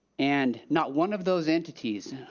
and, not one of those entities,